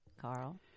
Carl